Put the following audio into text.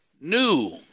new